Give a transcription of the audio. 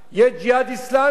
יש "ג'יהאד אסלאמי".